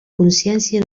consciència